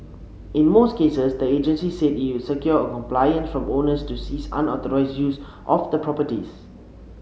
in most cases the agency said it secured compliance from owners to cease unauthorised use of the properties